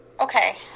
Okay